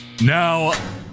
now